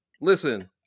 Listen